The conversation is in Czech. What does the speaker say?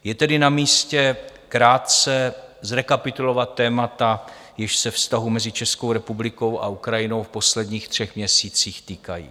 Je tedy namístě krátce zrekapitulovat témata, jež se vztahů mezi Českou republikou a Ukrajinou v posledních třech měsících týkají.